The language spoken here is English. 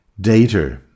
data